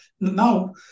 Now